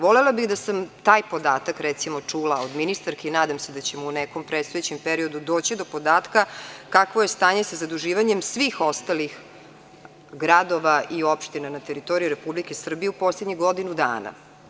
Volela bih da sam taj podatak, recimo, čula od ministarke, i nadam se da ćemo u nekom predstojećem periodu doći do podatka kakvo je stanje sa zaduživanjem svih ostalih gradova i opština na teritoriji Republike Srbije u poslednjih godinu dana.